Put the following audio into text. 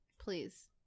Please